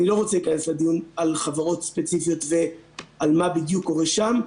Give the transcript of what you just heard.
אני לא רוצה להיכנס לדיון על חברות ספציפיות ועל מה בדיוק קורה שם.